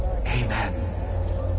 Amen